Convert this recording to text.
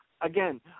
again